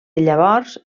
llavors